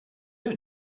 own